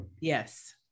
Yes